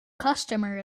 customer